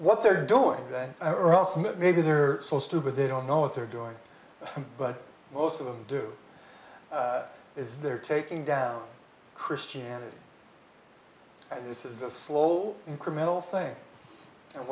what they're doing that maybe they're so stupid they don't know what they're doing but most of them do is they're taking down christianity this is a slow all incremental thing and